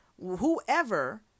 Whoever